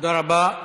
תודה רבה.